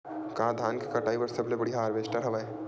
का धान के कटाई बर सबले बढ़िया हारवेस्टर हवय?